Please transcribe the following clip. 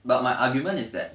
but my argument is that